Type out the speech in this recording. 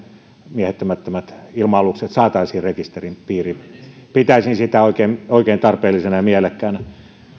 miehittämättömät ilma alukset saataisiin rekisterin piiriin pitäisin sitä oikein oikein tarpeellisena ja mielekkäänä